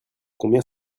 combien